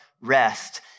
rest